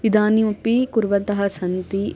इदानीमपि कुर्वन्तः सन्ति